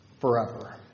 forever